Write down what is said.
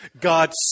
God